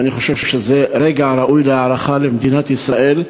ואני חושב שזה ראוי להערכה במדינת ישראל.